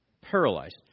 Paralyzed